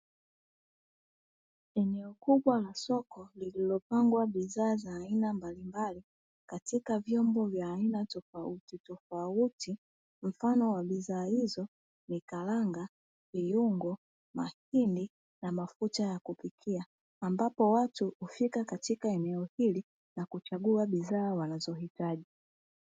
Eneo kubwa la soko lililopangwa bidhaa za aina mbalimbali katika vyombo vya aina tofautitofauti, mfano wa bidhaa hizo ni: karanga, viungo, mahindi na mafuta ya kupikia; ambapo watu hufika eneo hili na kuchagua bidhaa wanazohitaji.